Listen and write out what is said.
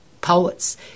poets